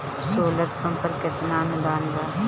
Solar pump पर केतना अनुदान बा?